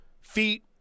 feet